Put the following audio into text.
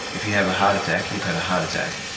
if you have a heart attack, you've had a heart attack.